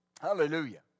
Hallelujah